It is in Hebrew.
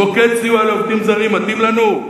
"מוקד סיוע לעובדים זרים" מתאים לנו?